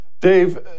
dave